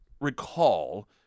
recall